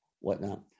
whatnot